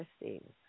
interesting